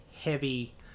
heavy